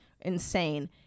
insane